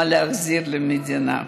מה להחזיר למדינה.